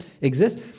exist